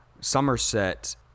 Somerset